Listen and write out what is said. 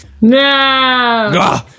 No